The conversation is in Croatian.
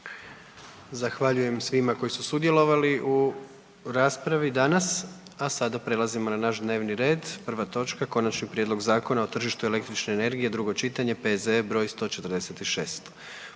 Zahvaljujem svima koji su sudjelovali u raspravi danas, a sada prelazimo na naš dnevni red. Prva točka, - Konačni prijedlog Zakona o tržištu električne energije, drugo čitanje, P.Z.E. br. 146.